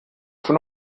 schon